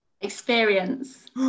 experience